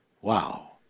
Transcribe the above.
Wow